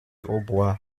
hautbois